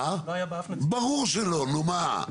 ברור שלא, נו מה.